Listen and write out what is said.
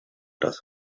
das